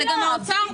גם האוצר.